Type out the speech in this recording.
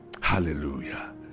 Hallelujah